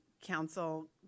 council